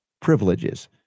privileges